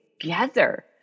together